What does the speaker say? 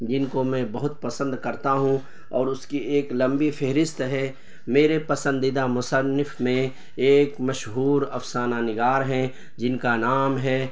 جن کو میں بہت پسند کرتا ہوں اور اس کی ایک لمبی فہرست ہے میرے پسندیدہ مصنف میں ایک مشہور افسانہ نگار ہیں جن کا نام ہے